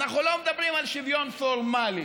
אנחנו לא מדברים על שוויון פורמלי,